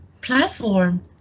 platform